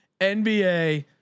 NBA